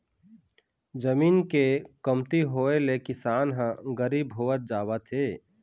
जमीन के कमती होए ले किसान ह गरीब होवत जावत हे